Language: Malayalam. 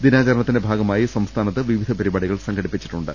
ദിനാചരണത്തിന്റെ ഭാഗമായി സംസ്ഥാനത്ത് വിവിധ പരി പാടികൾ സംഘടിപ്പിച്ചിട്ടുണ്ട്